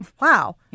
Wow